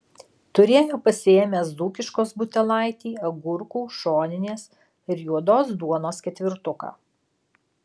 turėjo pasiėmęs dzūkiškos butelaitį agurkų šoninės ir juodos duonos ketvirtuką